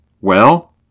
Well